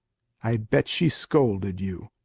i bet she scolded you.